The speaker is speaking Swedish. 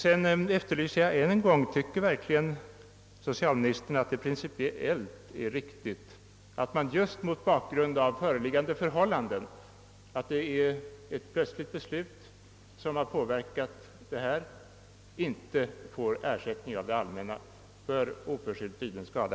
Än en gång frågar jag socialministern om han tycker att det principiellt är riktigt att man mot bakgrund av föreliggande förhållanden — ett plötsligt fattat beslut — inte får ersättning av det allmänna för oförskyllt liden skada?